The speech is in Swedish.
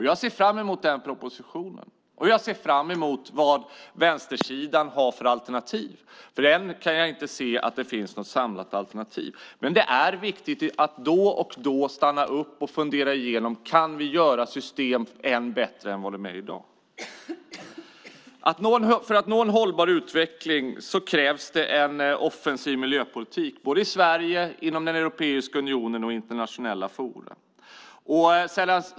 Jag ser fram emot den propositionen, och jag ser fram emot vad vänstersidan har för alternativ. Än kan jag nämligen inte se att det finns något samlat alternativ. Det är viktigt att då och då stanna upp och fundera igenom om vi kan göra systemen ännu bättre än vad de är i dag. För att nå en hållbar utveckling krävs en offensiv miljöpolitik, både i Sverige, inom Europeiska unionen och i internationella forum.